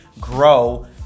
grow